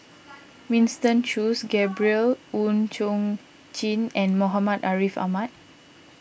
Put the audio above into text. Winston Choos Gabriel Oon Chong Jin and Muhammad Ariff Ahmad